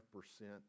percent